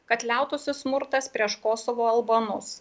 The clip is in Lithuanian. kad liautųsi smurtas prieš kosovo albanus